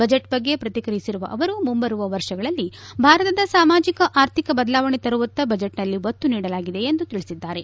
budget ಬಗ್ಗೆ ಪ್ರತಿಕ್ರಿಯೆಸಿರುವ ಅವರು ಮುಂಬರುವ ವರ್ಷಗಳಲ್ಲಿ ಭಾರತದ ಸಾಮಾಜಿಕ ಆರ್ಥಿಕ ಬದಲಾವಣೆ ತರುವತ್ತ ಬಜೆಟ್ನಲ್ಲಿ ಒತ್ತು ನೀಡಲಾಗಿದೆ ಎಂದು ತಿಳಿಸಿದ್ದಾರೆ